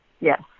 Yes